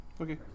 Okay